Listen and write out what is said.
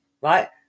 Right